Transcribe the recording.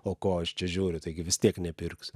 o ko aš čia žiūriu taigi vis tiek nepirksiu